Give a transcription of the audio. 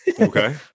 okay